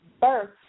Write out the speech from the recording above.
birth